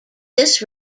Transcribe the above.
this